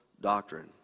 doctrine